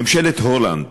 ממשלת הולנד